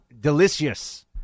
delicious